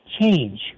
change